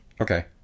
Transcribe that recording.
okay